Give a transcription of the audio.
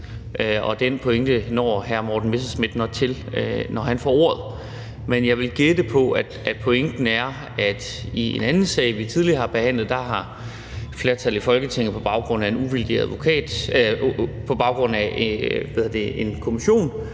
og den pointe når hr. Morten Messerschmidt nok til, når han får ordet. Men jeg vil gætte på, at pointen er, at i en anden sag, vi tidligere har behandlet, har flertallet i Folketinget på baggrund af en kommissionsundersøgelse valgt at rejse en